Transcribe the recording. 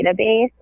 database